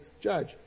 judge